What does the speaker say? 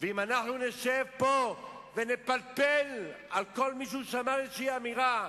ואם אנחנו נשב פה ונפלפל על כל מישהו שאמר איזו אמירה,